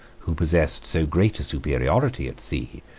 who possessed so great a superiority at sea,